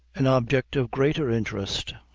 an object of greater interest.